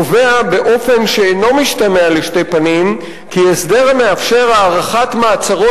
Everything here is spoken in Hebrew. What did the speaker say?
קובע באופן שאינו משתמע לשתי פנים כי הסדר המאפשר הארכת מעצרו